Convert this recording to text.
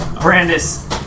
Brandis